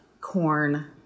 corn